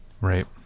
right